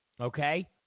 Okay